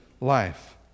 life